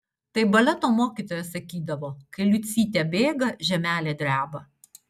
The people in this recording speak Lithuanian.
tai baleto mokytoja sakydavo kai liucytė bėga žemelė dreba